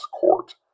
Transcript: Court